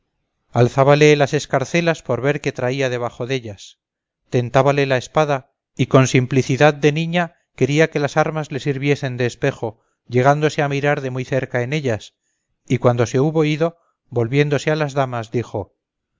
estuvo alzábale las escarcelas por ver qué traía debajo dellas tentábale la espada y con simplicidad de niña quería que las armas le sirviesen de espejo llegándose a mirar de muy cerca en ellas y cuando se hubo ido volviéndose a las damas dijo